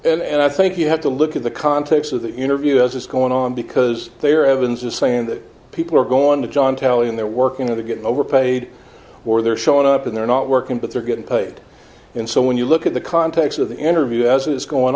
anything and i think you have to look at the context of the interview as it's going on because they are evidence just saying that people are going to john tally and they're working to get overpaid or they're showing up and they're not working but they're getting paid and so when you look at the context of the interview as it is going